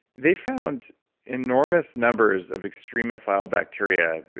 they found enormous numbers of extremophile bacteria,